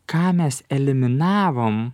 ką mes eliminavom